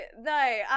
no